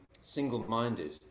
single-minded